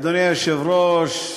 אדוני היושב-ראש,